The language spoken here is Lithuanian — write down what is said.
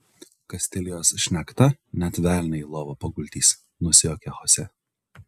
kastilijos šnekta net velnią į lovą paguldys nusijuokė chose